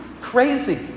crazy